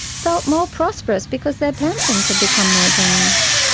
felt more prosperous because their pensions had become more generous.